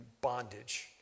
bondage